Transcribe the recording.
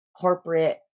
corporate